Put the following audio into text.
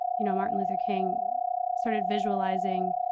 you know, martin luther king started visualizing,